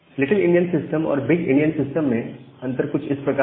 little Indian system और big Indian system में अंतर कुछ इस प्रकार है